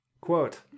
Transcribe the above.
Quote